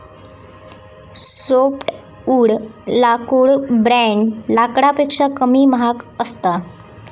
softwood लाकूड ब्रेड लाकडापेक्षा कमी महाग असता